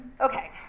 Okay